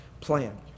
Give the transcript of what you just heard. plan